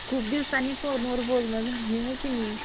खूप दिवसांनी फोनवर बोलणं झालं आहे हो की नाही